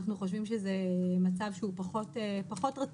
אנחנו חושבים שזה מצב שהוא פחות רצוי,